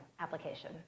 application